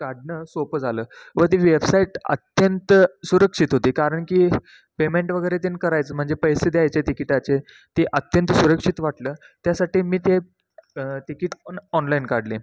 काढणं सोपं झालं व ती वेबसाईट अत्यंत सुरक्षित होती कारण की पेमेंट वगैरे तेन करायचं म्हणजे पैसे द्यायचे तिकिटाचे ते अत्यंत सुरक्षित वाटलं त्यासाठी मी ते तिकीट ऑनलाईन काढले